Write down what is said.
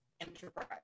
Enterprise